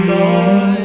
Lord